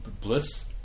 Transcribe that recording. bliss